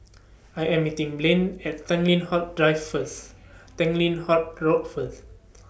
I Am meeting Blane At Tanglin Halt Drive First Tanglin Halt Road First